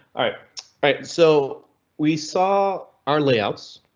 alright alright so we saw our layouts.